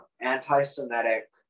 anti-Semitic